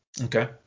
Okay